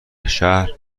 شهر